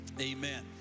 Amen